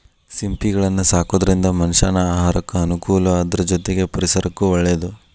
ಸಿಂಪಿಗಳನ್ನ ಸಾಕೋದ್ರಿಂದ ಮನಷ್ಯಾನ ಆಹಾರಕ್ಕ ಅನುಕೂಲ ಅದ್ರ ಜೊತೆಗೆ ಪರಿಸರಕ್ಕೂ ಒಳ್ಳೇದು